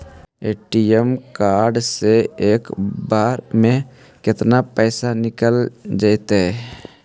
ATM card से एक बार में केतना पैसा निकल जइतै?